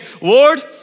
Lord